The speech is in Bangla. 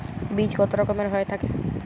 বীজ কত রকমের হয়ে থাকে?